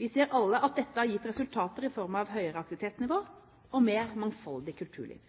Vi ser alle at dette har gitt resultater i form av høyere aktivitetsnivå og mer mangfoldig kulturliv.